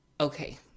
okay